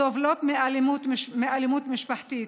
סובלות מאלימות משפחתית.